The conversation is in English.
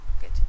Good